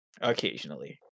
Occasionally